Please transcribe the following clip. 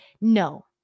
No